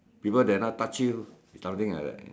people dare not touch you something like that